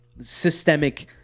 systemic